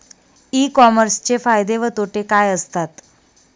E कॉमर्सचे फायदे व तोटे काय असतात?